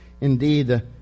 Indeed